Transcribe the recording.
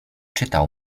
czytał